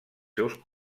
seus